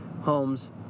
homes